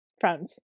Friends